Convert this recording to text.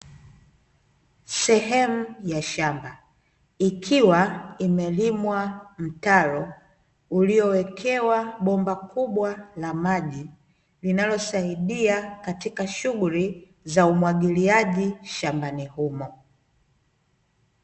Sehemu ya shamba, ikiwa imelimwa mtaro uliowekewa bomba kubwa la maji, linalosaidia katika shughuli za umwagiliaji shambani humo.